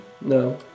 No